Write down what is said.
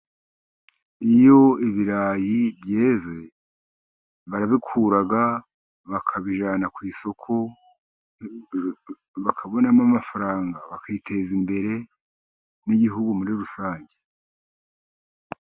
Iyo ibirayi byeze barabikura bakabijyana ku isoko bakabonamo amafaranga ,bakiteza imbere n'igihugu muri rusange.